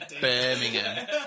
Birmingham